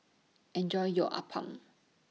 Enjoy your Appam